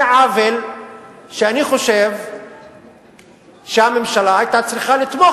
זה עוול שאני חושב שהממשלה היתה צריכה לתמוך,